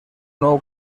nou